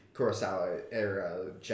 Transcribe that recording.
Kurosawa-era